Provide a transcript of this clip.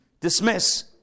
dismiss